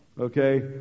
Okay